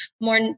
more